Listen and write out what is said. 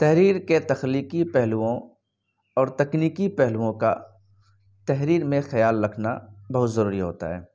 تحریر کے تخلیقی پہلوؤں اور تکنیکی پہلوؤں کا تحریر میں خیال رکھنا بہت ضروری ہوتا ہے